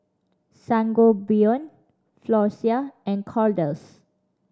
Sangobion Floxia and Kordel's